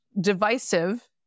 divisive